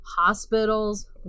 hospitals